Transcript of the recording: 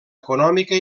econòmica